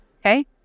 okay